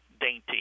dainty